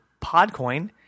Podcoin